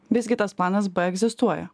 visgi tas planas b egzistuoja